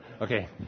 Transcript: Okay